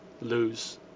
lose